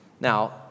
Now